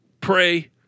pray